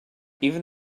even